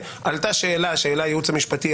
עלתה שאלה שהעלה הייעוץ המשפטי,